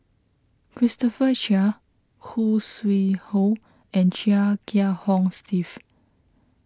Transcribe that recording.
Christopher Chia Khoo Sui Hoe and Chia Kiah Hong Steve